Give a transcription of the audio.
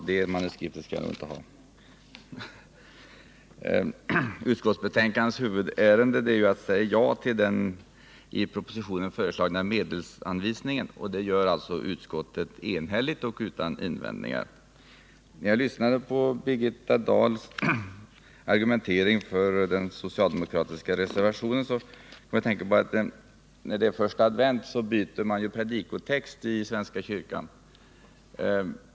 Herr talman! Utskottsbetänkandets huvudärende är att säga ja till den i propositionen föreslagna medelsanvisningen. Det gör utskottet enhälligt och utan invändningar. När jag lyssnade på Birgitta Dahls argumentering för den socialdemokratiska reservationen kom jag att tänka på att man första söndagen i advent byter predikotext i svenska kyrkan.